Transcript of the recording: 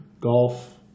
golf